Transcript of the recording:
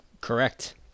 Correct